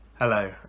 Hello